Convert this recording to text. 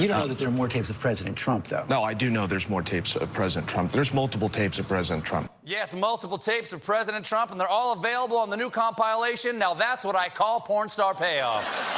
you don't know that there are more tapes of president trump, though? no, i do know there's more tapes of president trump. there's multiple tapes of president trump. stephen yes, multiple tapes. of trump, and they're all available on the new compilation now that's what i call porn star payoffs!